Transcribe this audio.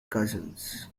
cousins